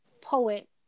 poet